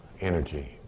energy